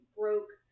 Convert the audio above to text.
broke